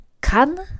kann